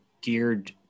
geared